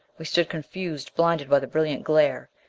we stood confused, blinded by the brilliant glare.